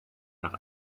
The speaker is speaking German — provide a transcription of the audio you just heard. nach